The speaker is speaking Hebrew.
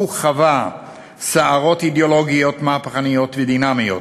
הוא חווה סערות אידיאולוגיות מהפכניות ודינמיות,